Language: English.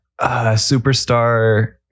superstar